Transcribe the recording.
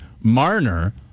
Marner